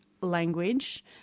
language